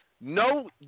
No